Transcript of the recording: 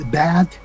bad